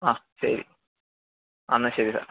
ആ ശരി ആ എന്നാൽ ശരി സാറെ